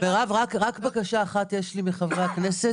מירב, רק בקשה אחת יש לי מחברי הכנסת.